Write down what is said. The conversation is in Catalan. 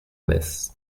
mes